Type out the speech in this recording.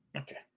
Okay